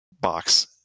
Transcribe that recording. box